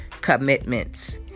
commitments